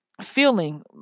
feeling